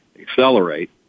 Accelerate